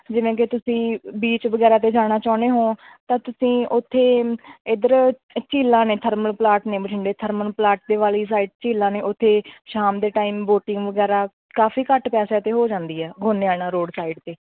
ਜਿਵੇਂ ਕਿ ਤੁਸੀਂ ਬੀਚ ਵਗੈਰਾ 'ਤੇ ਜਾਣਾ ਚਾਹੁੰਦੇ ਹੋ ਤਾਂ ਤੁਸੀਂ ਉੱਥੇ ਇੱਧਰ ਝੀਲਾਂ ਨੇ ਥਰਮਲ ਪਲਾਂਟ ਨੇ ਬਠਿੰਡੇ ਥਰਮਲ ਪਲਾਂਟ 'ਤੇ ਵਾਲੀ ਸਾਈਡ ਝੀਲਾਂ ਨੇ ਉੱਥੇ ਸ਼ਾਮ ਦੇ ਟਾਈਮ ਬੋਟਿੰਗ ਵਗੈਰਾ ਕਾਫੀ ਘੱਟ ਪੈਸਿਆ 'ਤੇ ਹੋ ਜਾਂਦੀ ਆ ਗੁਨੇਆਣਾ ਰੋਡ ਸਾਈਡ 'ਤੇ